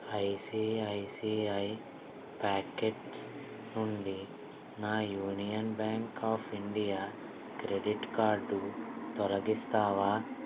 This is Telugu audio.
ఐసిఐసిఐ ప్యాకెట్స్ నుండి నా union bank of India credit card తొలగిస్తావా